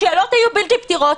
השאלות היו בלתי פתירות.